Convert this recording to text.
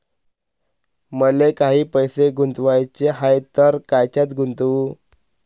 मले काही पैसे गुंतवाचे हाय तर कायच्यात गुंतवू?